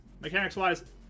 mechanics-wise